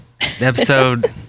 episode